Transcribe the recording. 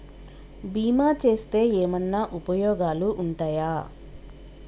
బీమా చేస్తే ఏమన్నా ఉపయోగాలు ఉంటయా?